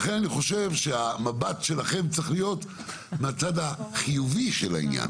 לכן אני חושב שהמבט שלכם צריך להיות מהצד החיובי של העניין.